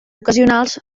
ocasionals